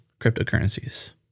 cryptocurrencies